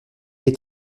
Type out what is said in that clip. est